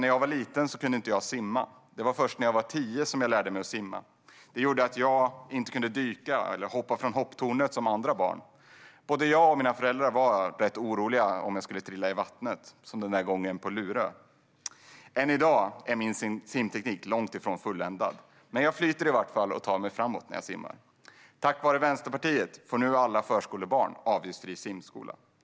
När jag var liten kunde jag inte simma. Det var först när jag var tio år som jag lärde mig simma. Det gjorde att jag inte kunde dyka eller hoppa från hopptornet som andra barn. Både jag och mina föräldrar var rätt oroliga om jag trillade i vattnet, som den där gången på Lurö. Än i dag är min simteknik långt ifrån fulländad. Men jag flyter i alla fall och tar mig framåt när jag simmar. Tack vare Vänsterpartiet får nu alla förskolebarn avgiftsfri simskola.